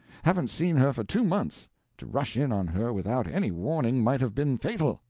haven't seen her for two months to rush in on her without any warning might have been fatal.